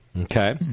Okay